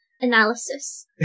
analysis